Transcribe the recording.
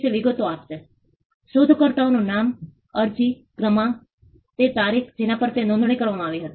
પરંતુ જે લોકો મહીમ ક્રિક અથવા નદીની નજીક છે તેઓએ બધું ગુમાવ્યું